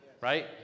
Right